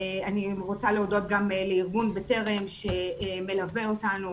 אני רוצה להודות גם לארגון "בטרם" שמלווה אותנו